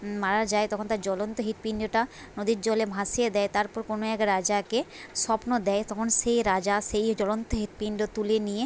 মারা যায় তখন তার জ্বলন্ত হৃদপিন্ডটা নদীর জলে ভাসিয়ে দেয় তারপর কোনো এক রাজাকে স্বপ্ন দেয় তখন সেই রাজা সেই জ্বলন্ত হৃদপিন্ড তুলে নিয়ে